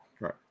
right